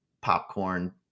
popcorn